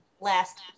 last